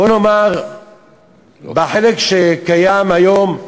בוא נאמר לפי החלק שקיים היום,